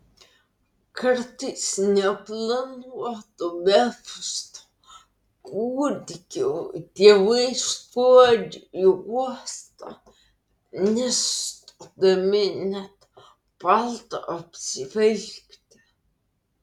kartais neplanuotų belfasto kūdikių tėvai skuodžia į uostą nesustodami net palto apsivilkti